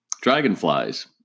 dragonflies